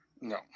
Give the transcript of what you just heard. No